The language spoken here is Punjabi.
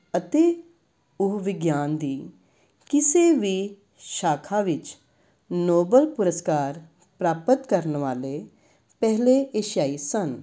ਅਤੇ ਉਹ ਵਿਗਿਆਨ ਦੀ ਕਿਸੇ ਵੀ ਸ਼ਾਖਾ ਵਿੱਚ ਨੋਬਲ ਪੁਰਸਕਾਰ ਪ੍ਰਾਪਤ ਕਰਨ ਵਾਲੇ ਪਹਿਲੇ ਏਸ਼ੀਆਈ ਸਨ